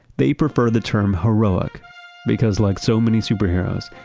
they prefer the term heroic because like so many superheroes,